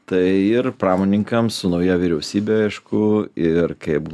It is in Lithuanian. tai ir pramoninkams nauja vyriausybė aišku ir kaip